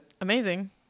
Amazing